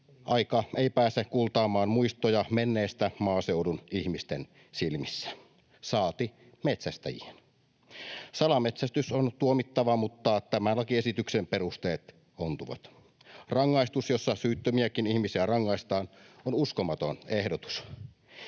aika ei pääse kultaamaan muistoja menneistä maaseudun ihmisten saati metsästäjien silmissä. Salametsästys on tuomittava, mutta tämän lakiesityksen perusteet ontuvat. Rangaistus, jossa syyttömiäkin ihmisiä rangaistaan, on uskomaton ehdotus.